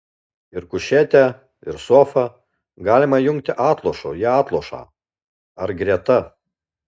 ir kušetę ir sofą galima jungti atlošu į atlošą ar greta